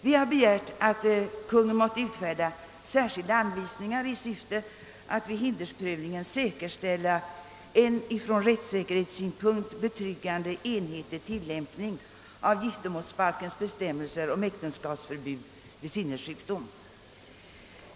Vi har begärt att Kungl. Maj:t måtte utfärda särskilda anvisningar i syfte att vid hindersprövningen säkerställa en från rättssynpunkt betryggande enhetlig tillämmpning av giftermmålsbalkens bestämmelser om äktenskapsförbud vid sinnessjukdom.